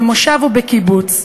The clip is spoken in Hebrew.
במושב או בקיבוץ?